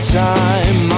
time